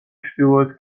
ჩრდილოეთ